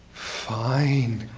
fine,